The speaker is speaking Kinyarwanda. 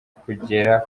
kugera